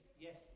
Yes